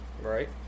Right